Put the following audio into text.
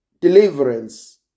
deliverance